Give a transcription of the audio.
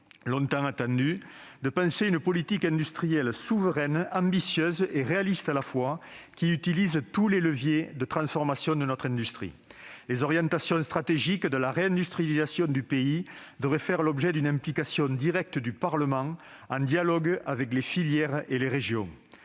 longtemps attendue de penser une politique industrielle souveraine, ambitieuse et réaliste, qui utilise tous les leviers de transformation de notre industrie. Les orientations stratégiques de la réindustrialisation du pays devraient faire l'objet d'une implication directe du Parlement, en concertation avec les filières et les régions.